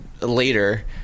later